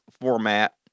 format